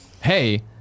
hey